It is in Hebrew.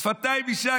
שפתיים יישק.